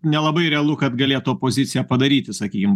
nelabai realu kad galėtų opozicija padaryti sakykim